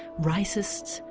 racists,